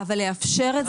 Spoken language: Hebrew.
אבל לאפשר את זה לאלה שכן.